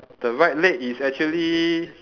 the right leg is actually